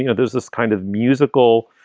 you know there's this kind of musical